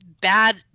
bad